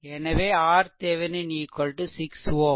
எனவே RThevenin 6 ஓம்